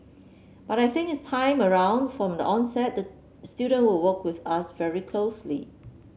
but I think its time around from the onset the student will work with us very closely